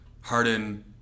Harden